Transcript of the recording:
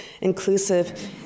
inclusive